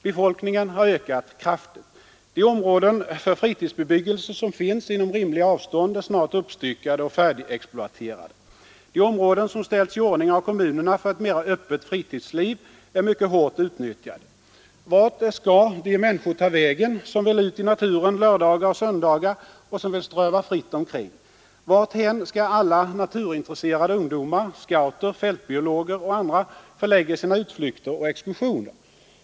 Befolkningen har ökat kraftigt. De områden för fritidsbebyggelse som finns inom rimliga avstånd är snart uppstyckade och färdigexploaterade. De områden som ställts i ordning av kommunerna för ett mera öppet fritidsliv är mycket hårt utnyttjade. Vart skall de människor ta vägen som vill ut i naturen lördagar och söndagar och som vill ströva fritt omkring? Varthän skall alla naturintresserade ungdomar, scouter, fältbiologer och andra förlägga sina utflykter och exkursioner?